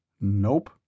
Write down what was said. Nope